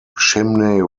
chimney